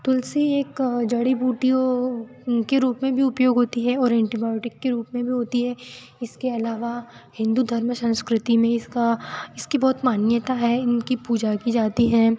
तुलसी एक जड़ी बूटियों के रूप में भी उपयोग होती है और एंटीबायोटिक के रूप में भी होती है इसके अलावा हिन्दू धर्म संस्कृति में इसका इसकी बहुत मान्यता है इनकी पूजा की जाती है